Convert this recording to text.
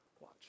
Watch